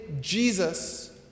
Jesus